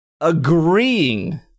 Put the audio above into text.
agreeing